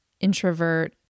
introvert